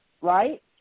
right